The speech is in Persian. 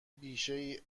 بیشهای